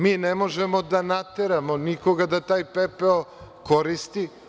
Mi ne možemo da nateramo nikoga da taj pepeo koristi.